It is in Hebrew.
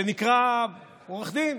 שנקרא עורך דין.